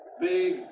Big